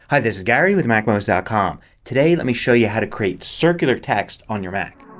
hi this is gary with macmost ah com. today let me show you how to create circular text on your mac.